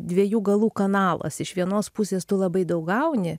dviejų galų kanalas iš vienos pusės tu labai daug gauni